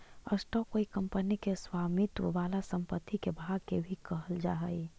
stock कोई company के स्वामित्व वाला संपत्ति के भाग के भी कहल जा हई